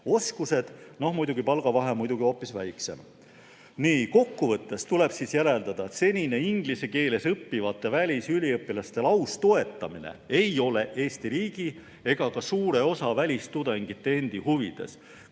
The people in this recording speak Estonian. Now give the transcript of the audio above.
on muidugi palgavahe hoopis väiksem. Kokku võttes tuleb järeldada, et senine inglise keeles õppivate välisüliõpilaste laustoetamine ei ole Eesti riigi ega ka suure osa välistudengite endi huvides,